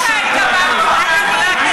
חמש פעמים, חברת הכנסת